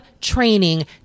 training